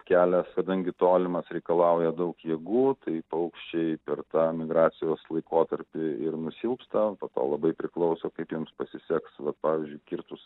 kelias kadangi tolimas reikalauja daug jėgų tai paukščiai per tą migracijos laikotarpį ir nusilpsta po to labai priklauso kaip jiems pasiseks vat pavyzdžiui kirtus